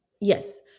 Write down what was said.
Yes